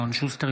אלון שוסטר,